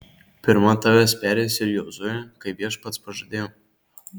pirma tavęs pereis ir jozuė kaip viešpats pažadėjo